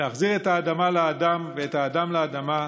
להחזיר את האדמה לאדם ואת האדם לאדמה.